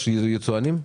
יש יצואנים?